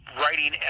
writing